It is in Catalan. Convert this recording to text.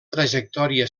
trajectòria